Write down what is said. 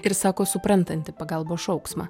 ir sako suprantanti pagalbos šauksmą